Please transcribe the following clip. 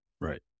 Right